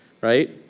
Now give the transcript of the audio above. right